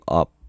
up